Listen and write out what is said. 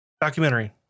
documentary